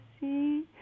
see